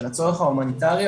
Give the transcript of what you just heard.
של הצורך ההומניטרי,